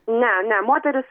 ne ne moterys